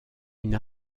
une